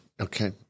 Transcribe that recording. Okay